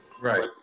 Right